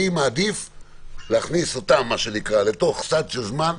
אני מעדיף להכניס אותם לתוך סד של הזמן.